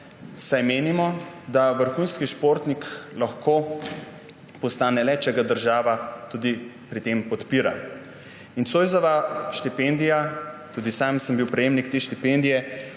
saj menimo, da vrhunski športnik lahko postane le, če ga država tudi pri tem podpira. Zoisova štipendija, tudi sam sem bil prejemnik te štipendije,